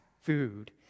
food